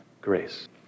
grace